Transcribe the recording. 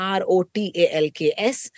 r-o-t-a-l-k-s